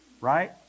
Right